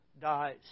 dies